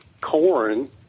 Corn